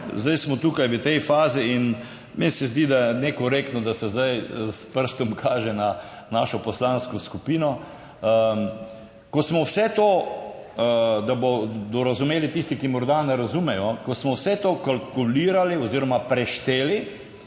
zdaj smo tukaj v tej fazi in meni se zdi, da je nekorektno, da se zdaj s prstom kaže na našo poslansko skupino, ko smo vse to - da bodo razumeli tisti, ki morda ne razumejo -, ko smo vse to kalkulirali oziroma prešteli,